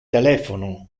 telephono